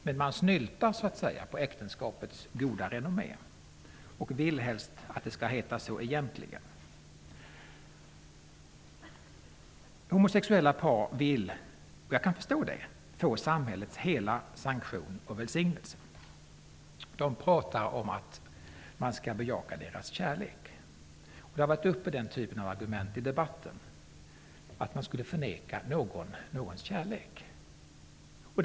Men man snyltar på äktenskapets goda renommé, och vill helst att det egentligen skall heta så. Homosexuella par vill -- och jag kan förstå det -- få samhällets hela sanktion och välsignelse. De talar om att man skall bejaka deras kärlek. Den typen av argument har varit uppe i debatten, att man skulle förneka någon person någon annans kärlek.